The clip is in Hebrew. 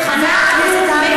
חבר הכנסת טלב אבו עראר, בבקשה.